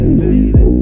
baby